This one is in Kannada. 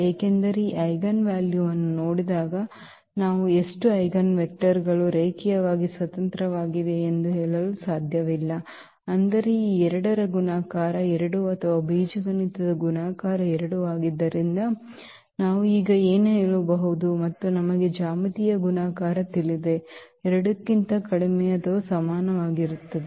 ಏಕೆಂದರೆ ಈ ಐಜೆನ್ವಲ್ಯೂವನ್ನು ನೋಡಿದಾಗ ನಾವು ಎಷ್ಟು ಐಜೆನ್ವೆಕ್ಟರ್ಗಳು ರೇಖೀಯವಾಗಿ ಸ್ವತಂತ್ರವಾಗಿರುತ್ತವೆ ಎಂದು ಹೇಳಲು ಸಾಧ್ಯವಿಲ್ಲ ಆದರೆ ಈ 2 ರ ಗುಣಾಕಾರ 2 ಅಥವಾ ಬೀಜಗಣಿತ ಗುಣಾಕಾರ 2 ಆಗಿದ್ದರಿಂದ ನಾವು ಈಗ ಏನು ಹೇಳಬಹುದು ಮತ್ತು ನಮಗೆ ಜ್ಯಾಮಿತೀಯ ಗುಣಾಕಾರ ತಿಳಿದಿದೆ 2 ಕ್ಕಿಂತ ಕಡಿಮೆ ಅಥವಾ ಸಮನಾಗಿರುತ್ತದೆ